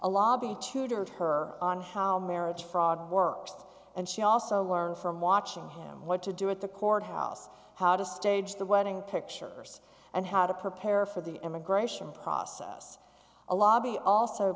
lobby tutored her on how marriage fraud works and she also learned from watching him what to do at the courthouse how to stage the wedding pictures and how to prepare for the emigre process alabi also